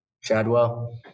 chadwell